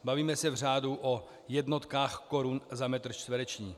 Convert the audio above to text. Bavíme se v řádu o jednotkách korun za metr čtvereční.